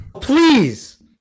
Please